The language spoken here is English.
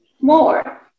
more